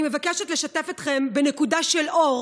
אני מבקשת לשתף אתכם בנקודה של אור